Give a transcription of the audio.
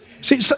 See